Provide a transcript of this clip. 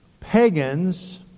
pagans